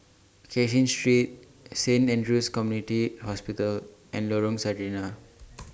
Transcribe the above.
Cashin Street Saint Andrew's Community Hospital and Lorong Sarina